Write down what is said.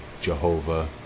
Jehovah